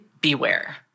beware